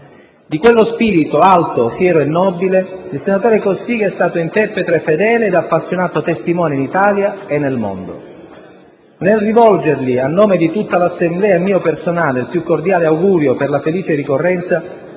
Di quello spirito alto, fiero e nobile, il senatore Cossiga è stato interprete fedele ed appassionato testimone in Italia e nel mondo. Nel rivolgergli, a nome di tutta l'Assemblea, e mio personale, il più cordiale augurio per la felice ricorrenza,